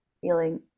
feeling